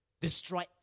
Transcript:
destroy